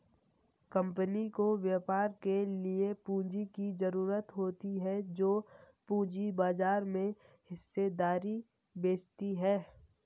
company को व्यापार के लिए पूंजी की ज़रूरत होती है जो पूंजी बाजार में हिस्सेदारी बेचती है